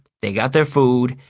they got their food,